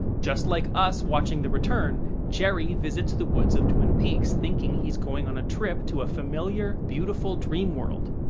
just like us watching the return, jerry visits the woods of twin peaks thinking he's going on a trip to a familiar, beautiful dream world.